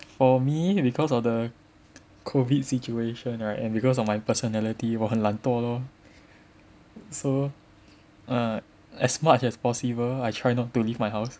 for me because of the COVID situation right and because of my personality 我很懒惰 lor so err as much as possible I try not to leave my house